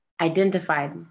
identified